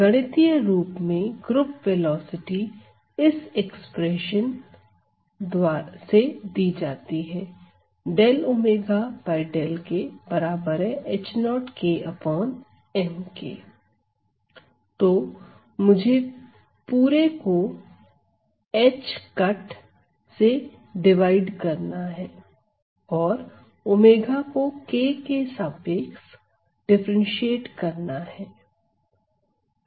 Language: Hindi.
गणितीय रूप में ग्रुप वेलोसिटी इस एक्सप्रेशन से दी जाती है तो मुझे पूरे को h कट से डिवाइड करना है और ⍵ को k के सापेक्ष डिफरेंटशिएट करना है